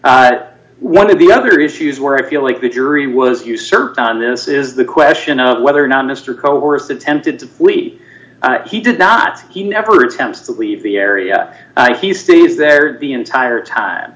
but one of the other issues where i feel like the jury was usurped on this is the question of whether or not mr coerced attempted to flee he did not he never attempts to leave d the area he stayed there the entire time